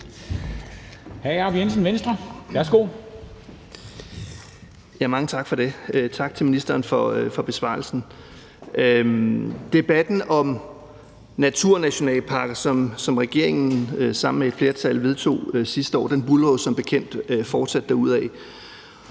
Jacob Jensen (V): Mange tak for det. Tak til ministeren for besvarelsen. Debatten om naturnationalparker, som regeringen sammen med et flertal vedtog sidste år, buldrer jo som bekendt fortsat derudad.